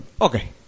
Okay